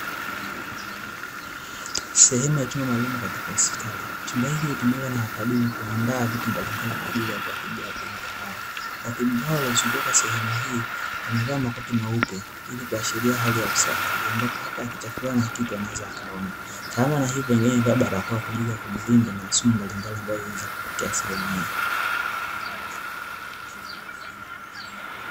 Sehemu ya chumba maalum katika hospitali, chumba hiki hutumika na matabibu kuandaa vitu mbalimbali kwa ajili ya kuwatibia wagonjwa wao. matabibu hao wamezunguka sehemu hii wamevaa makoti meupe. Hii ikiashiria hali ya usafi ambapo wakichafuliwa na kitu wanaweza kuona sambamba na hivyo wamevaa barakoa kwa ajiri ya kujilinda na sumu mbalimbali, ambazo zinaweza kujitokeza katika eneo hilo.